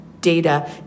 data